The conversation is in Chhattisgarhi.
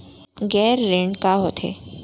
गैर ऋण का होथे?